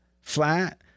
flat